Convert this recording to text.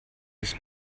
bis